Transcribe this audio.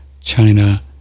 China